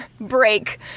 break